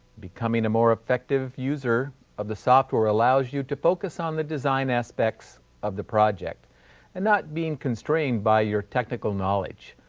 becoming a more effective user of the software allows you to focus on the design aspects of the project project and not being constrained by your technical knowledge.